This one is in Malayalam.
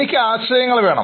എനിക്ക് ആശയങ്ങൾ വേണം